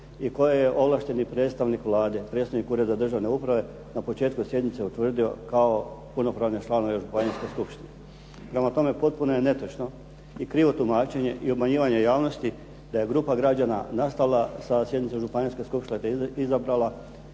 i koje je ovlašteni predstavnik Vlade, predstavnik Ureda državne uprave na početku sjednice je utvrdio kao puno pravne članove županijske skupštine. Prema tome, potpuno je netočno i krivo tumačenje i obmanjivanje javnosti da je grupa građana nastavila sa sjednicom županijske skupštine te izabrala